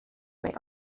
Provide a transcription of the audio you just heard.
may